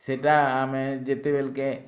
ସେଟା ଆମେ ଯେତେବେଲ୍କେ